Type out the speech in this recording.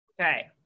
Okay